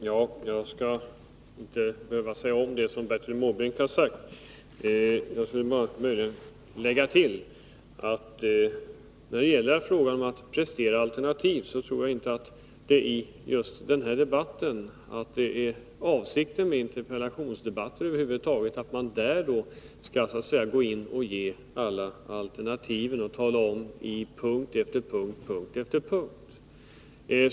Herr talman! Jag skall inte upprepa vad Bertil Måbrink har sagt. Jag skulle möjligen vilja lägga till att när det gäller frågan om att presentera alternativ tror jag inte att det är avsikten med interpellationsdebatter över huvud taget att man där skall ge alla alternativ på punkt efter punkt.